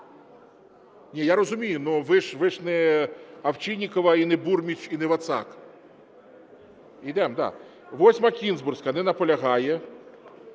Ні, я розумію. Но ви ж не Овчинникова і не Бурміч, і не Вацак. Йдемо, да. 8-а, Кінзбурська. Не наполягає.